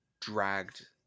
dragged